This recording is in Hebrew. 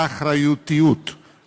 האחריותיות,